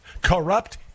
corrupt